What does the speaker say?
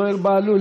זוהיר בהלול,